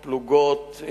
פלוגות,